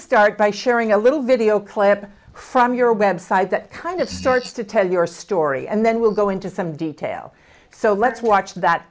start by sharing a little video clip from your web site that kind of starts to tell your story and then we'll go into some detail so let's watch that